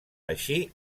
així